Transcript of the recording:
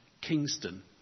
Kingston